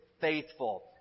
faithful